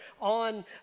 on